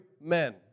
men